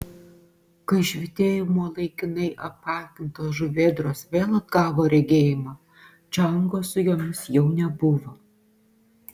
kai švytėjimo laikinai apakintos žuvėdros vėl atgavo regėjimą čiango su jomis jau nebuvo